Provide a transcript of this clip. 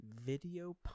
video